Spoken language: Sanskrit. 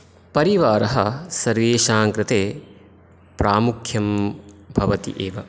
परिवारः सर्वेषाङ्कृते प्रामुख्यं भवति एव